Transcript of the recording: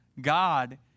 God